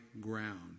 ground